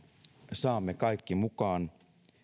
saamme kaikki mukaan